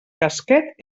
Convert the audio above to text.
casquet